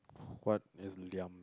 what is Liam